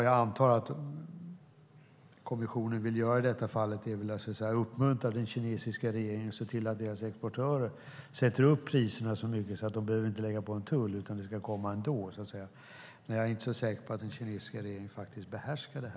Jag antar att kommissionen i detta fall vill uppmuntra den kinesiska regeringen att se till att deras exportörer sätter så höga priser att man inte behöver lägga på en tull, utan det ska komma ändå, så att säga. Jag är inte så säker på att den kinesiska regeringen faktiskt behärskar det.